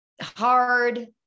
hard